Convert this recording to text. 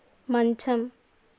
మంచం